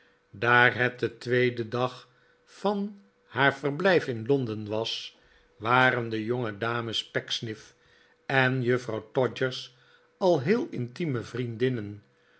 daar het de tweede dag van haar verblijf in londen was waren de jongedames pecksniff en juffrouw todgers al heel intieme vriendinnen